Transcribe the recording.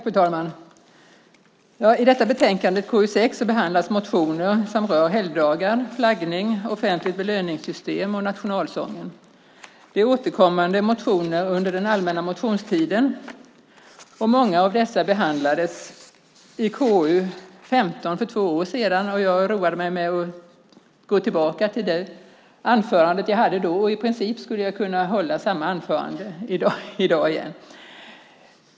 Fru talman! I detta betänkande, KU6, behandlas motioner som rör helgdagar, flaggning, offentligt belöningssystem och nationalsången. Det är återkommande motioner under allmänna motionstiden, och många av dessa behandlades i KU15 för två år sedan. Jag roade mig med att gå tillbaka till det anförande som jag höll då, och i princip skulle jag kunna hålla samma anförande i dag igen.